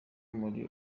muri